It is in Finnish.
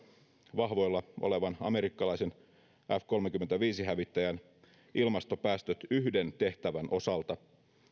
vahvoilla olevan amerikkalaisen f kolmekymmentäviisi hävittäjän ilmastopäästöt yhden tehtävän osalta